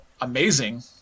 amazing